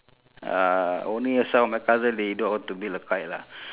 uh only some of my cousin they know how to build a kite lah